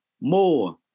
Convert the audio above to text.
more